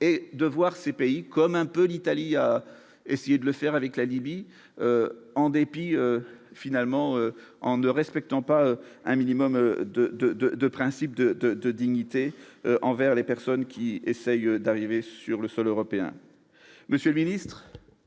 et de voir ces pays comme un peu l'Italie a essayé de le faire avec la Libye en dépit finalement en ne respectant pas un minimum de, de, de, de principes de, de, de dignité envers les personnes qui essaye d'arriver sur le sol européen, monsieur le Ministre,